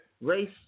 race